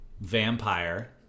vampire